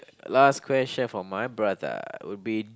last question for my brother would be